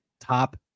top